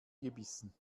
gebissen